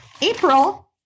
april